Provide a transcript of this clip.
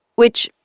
which,